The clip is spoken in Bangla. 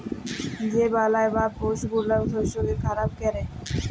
যে বালাই বা পেস্ট গুলা শস্যকে খারাপ ক্যরে